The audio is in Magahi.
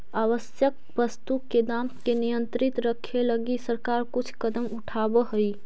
आवश्यक वस्तु के दाम के नियंत्रित रखे लगी सरकार कुछ कदम उठावऽ हइ